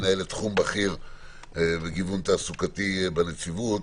מנהלת תחום בכיר וגיוון תעסוקתי בנציבות,